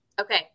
Okay